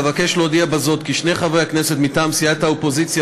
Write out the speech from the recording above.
אבקש להודיע בזה כי שני חברי הכנסת מטעם סיעת האופוזיציה